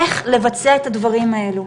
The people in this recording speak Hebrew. איך לבצע את הדברים האלו.